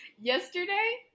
yesterday